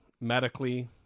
medically